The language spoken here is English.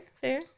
fair